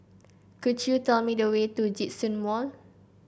could you tell me the way to Djitsun Mall